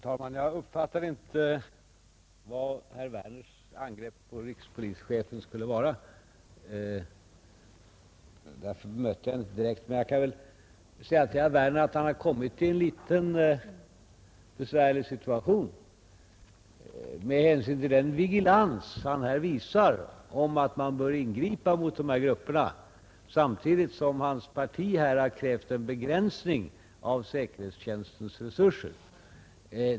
Fru talman! Jag uppfattade inte vad herr Werners angrepp mot rikspolischefen skulle vara, och därför bemötte jag inte det. Men jag kan säga till herr Werner att han kommit i en litet besvärlig situation med hänsyn till den vigilans han här visar om att man bör ingripa mot dessa grupper samtidigt som hans parti har krävt en begränsning av säkerhetstjänstens resurser.